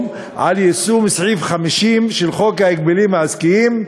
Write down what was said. על יישום סעיף 50 של חוק ההגבלים העסקיים,